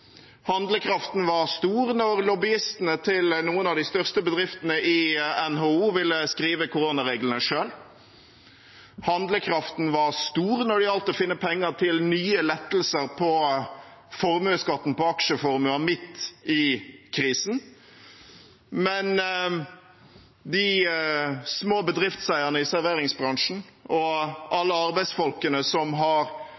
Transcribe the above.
Handlekraften var stor da lobbyistene til noen av de største bedriftene i NHO ville skrive koronareglene selv. Handlekraften var stor når det gjaldt å finne penger til nye lettelser på formuesskatten på aksjeformuer, midt i krisen. Men de småbedriftseierne i serveringsbransjen og